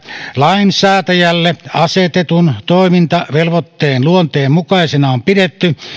lainsäätäjälle asetetun toimintavelvoitteen luonteen mukaisena on pidetty